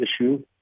issue